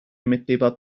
metteva